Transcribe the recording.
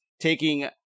taking